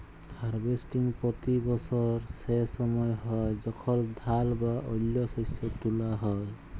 harvesting পতি বসর সে সময় হ্যয় যখল ধাল বা অল্য শস্য তুলা হ্যয়